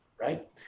Right